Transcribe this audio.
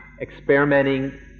experimenting